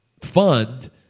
fund